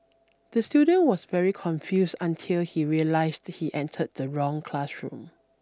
the student was very confused until he realised he entered the wrong classroom